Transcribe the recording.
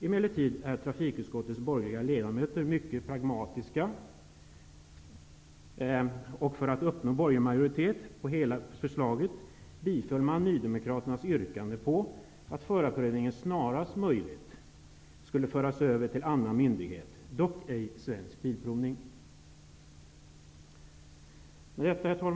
Emellertid är trafikutskottets borgerliga ledamöter mycket pragmatiska, och för att uppnå borgerlig majoritet för hela förslaget tillstyrkte man Nydemokraternas yrkande på att förarprövningen snarast möjligt skall föras över till någon annan myndighet, dock ej Svensk Bilprovning. Herr talman!